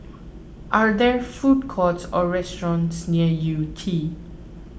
are there food courts or restaurants near Yew Tee